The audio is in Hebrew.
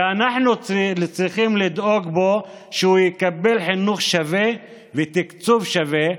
ואנחנו צריכים לדאוג שהוא יקבל חינוך שווה ותקצוב שווה.